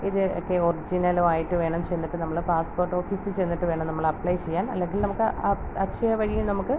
ഇത് ഒക്കെ ഒർജിനലുവായിട്ട് വേണം ചെന്നിട്ട് നമ്മൾ പാസ്പ്പോട്ടോഫീസിൽ ചെന്നിട്ട് വേണം നമ്മളപ്ലൈ ചെയ്യാൻ അല്ലെങ്കിൽ നമുക്ക് അ അക്ഷയ വഴിയും നമുക്ക്